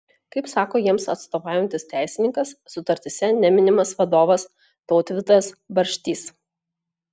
kaip sako jiems atstovaujantis teisininkas sutartyse neminimas vadovas tautvydas barštys